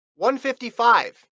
155